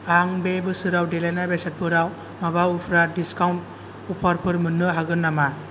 आं बे बोसोराव देलायनाय बेसादफोराव माबा उफ्रा डिसकाउन्ट अफार फोर मोननो हागोन नामा